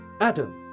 Adam